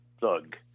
thug